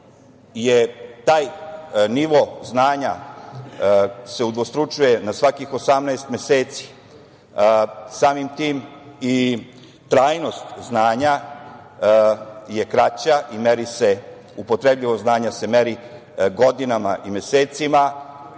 taj nivo znanja se udvostručuje na svakih 18 meseci, samim tim i trajnost znanja je kraća i upotrebljivost znanja se meri godinama i mesecima,